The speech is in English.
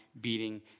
beating